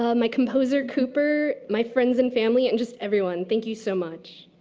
um my composer, cooper. my friends and family and just everyone. thank you so much.